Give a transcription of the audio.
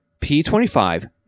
P25